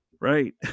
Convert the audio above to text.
right